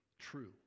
true